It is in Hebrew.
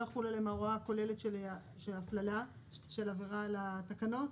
תחול עליהן ההוראה הכוללת של עבירה על התקנות?